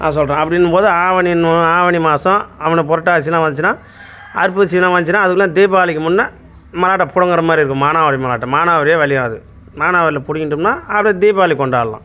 நான் சொல்கிறேன் அப்படின்னும்போது ஆவணின்னு ஆவணி மாதம் ஆவணி புரட்டாசிலாம் வந்துச்சின்னால் அர்ப்பசிலாம் வந்துச்சின்னால் அதுக்குள்ளே தீபாவளிக்கு முன்னே மல்லாட்டை பிடுங்குற மாதிரி இருக்கும் மானாவாரி மல்லாட்டை மானாவாரியாக விளையும் அது மானாவாரியில் பிடுங்கிட்டோம்னா அப்படியே தீபாவளி கொண்டாடலாம்